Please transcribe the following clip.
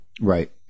right